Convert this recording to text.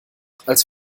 als